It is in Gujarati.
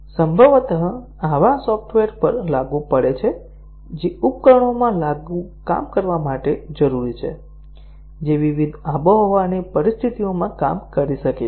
સંભવત એવા સોફ્ટવેર પર લાગુ પડે છે જે ઉપકરણોમાં કામ કરવા માટે જરૂરી છે જે વિવિધ આબોહવાની પરિસ્થિતિઓમાં કામ કરી શકે છે